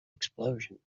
explosion